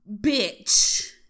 Bitch